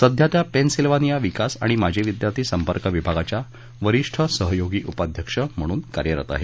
सध्या त्या पेन्सिल्वानिया विकास आणि माजी विद्यार्थी संपर्क विभागाच्या वरिष्ठ सहयोगी उपाध्यक्ष म्हणून कार्यरत आहेत